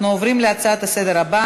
אנחנו עוברים לנושא הבא: